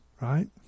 right